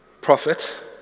prophet